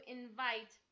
invite